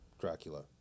Dracula